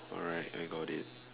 alright I got it